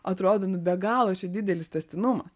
atrodo nu be galo čia didelis tęstinumas